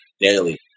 daily